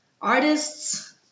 artists